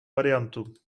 variantu